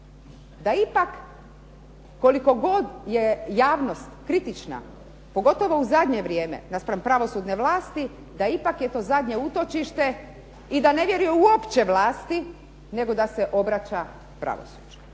da ipak koliko god je javnost kritična pogotovo u zadnje vrijeme naspram pravosudne vlasti da ipak je to zadnje utočište i da ne vjeruje uopće vlasti nego da se obraća pravosuđu.